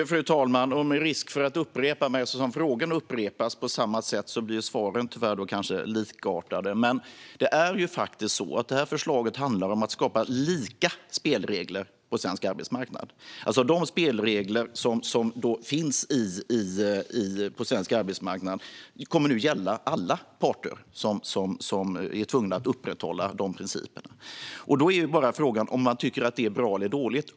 Fru talman! Jag löper risk att upprepa mig nu. Eftersom frågorna upprepas på samma sätt blir svaren tyvärr likartade. Förslaget handlar om att skapa lika spelregler på svensk arbetsmarknad. De spelregler som finns på svensk arbetsmarknad kommer nu att gälla alla parter som är tvungna att upprätthålla dessa principer. Då är frågan bara om man tycker att detta är bra eller dåligt.